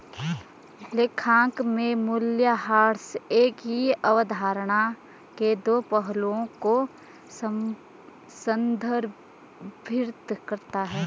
लेखांकन में मूल्यह्रास एक ही अवधारणा के दो पहलुओं को संदर्भित करता है